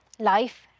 Life